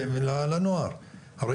הרי,